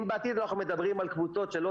אם בעתיד אנחנו מדברים על קבוצות שלא